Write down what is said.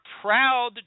proud